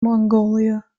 mongolia